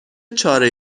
چاره